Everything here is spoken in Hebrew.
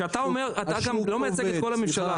אתה גם לא מייצג את כל הממשלה.